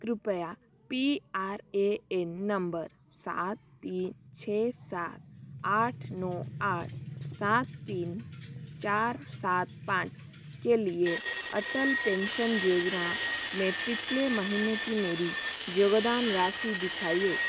कृपया P R A N number सात तीन छ सात आठ नौ आठ सात तीन चार सात पाँच के लिए अटल पेंसन योजना में पिछले महीने की मेरी योगदान राशि दिखाइए